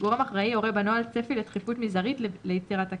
גורם אחראי יורה בנוהל צפי לתכיפות מינימלית ליצירת הקשר.